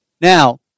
Now